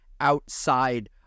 outside